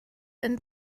and